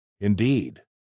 Indeed